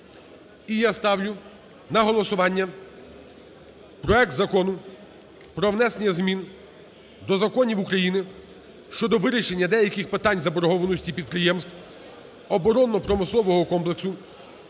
І я ставлю на голосування проект Закону про внесення змін до законів України щодо вирішення деяких питань заборгованості підприємств оборонно-промислового комплексу